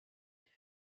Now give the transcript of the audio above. elle